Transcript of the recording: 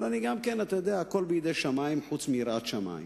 אבל גם, אתה יודע, הכול בידי שמים חוץ מיראת שמים.